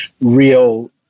real